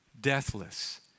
deathless